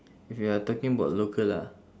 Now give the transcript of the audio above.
if you're talking about local ah